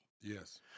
Yes